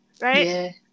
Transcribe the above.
right